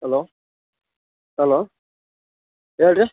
hello hello ಹೇಳ್ರಿ